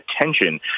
attention